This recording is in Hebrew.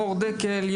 מור דקל,